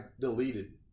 deleted